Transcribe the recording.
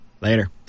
Later